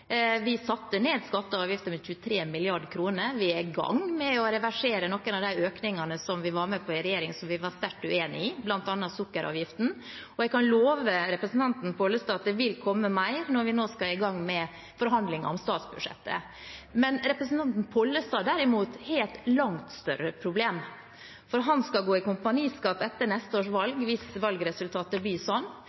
Vi satte ned skatter og avgifter med 23 mrd. kr. Vi er i gang med å reversere noen av de økningene som vi var med på i regjering som vi var sterkt uenig i, bl.a. sukkeravgiften. Jeg kan love representanten Pollestad at det vil komme mer når vi nå skal i gang med forhandlinger om statsbudsjettet. Representanten Pollestad har derimot et langt større problem, for han skal etter neste års valg gå i kompaniskap, hvis valgresultatet blir sånn,